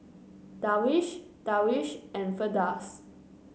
Darwish Darwish and Firdaus